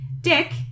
Dick